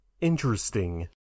Interesting